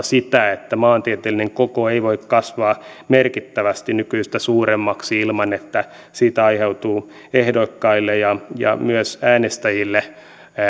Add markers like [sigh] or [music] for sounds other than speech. [unintelligible] sitä että maantieteellinen koko ei voi kasvaa merkittävästi nykyistä suuremmaksi ilman että siitä aiheutuu ehdokkaille ja ja myös äänestäjille